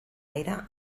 aire